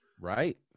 Right